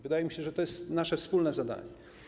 Wydaje mi się, że to jest nasze wspólne zadanie.